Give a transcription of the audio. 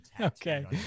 Okay